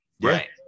Right